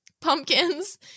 pumpkins